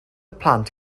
plant